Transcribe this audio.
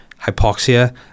hypoxia